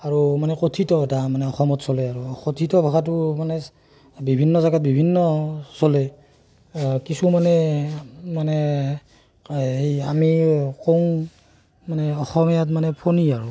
আৰু মানে কথিত এটা মানে অসমত চলে আৰু কথিত ভাষাটো মানে বিভিন্ন জাগাত বিভিন্ন চলে কিছুমানে মানে এই আমিও কওঁ মানে অসমীয়াত মানে ফণি আৰু